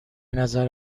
نظر